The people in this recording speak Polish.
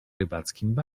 rybackim